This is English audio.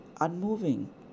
unmoving